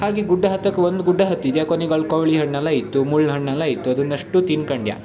ಹಾಗೇ ಗುಡ್ಡ ಹತ್ತಕ್ಕೆ ಒಂದು ಗುಡ್ಡ ಹತ್ತಿದ್ಯ ಕೊನೆಗ್ ಅಲ್ಲಿ ಕವಳಿ ಹಣ್ಣೆಲ್ಲ ಇತ್ತು ಮುಳ್ಳು ಹಣ್ಣೆಲ್ಲ ಇತ್ತು ಅದನ್ನಷ್ಟು ತಿನ್ಕಂಡ್ಯ